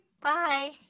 bye